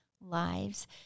lives